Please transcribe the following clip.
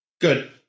good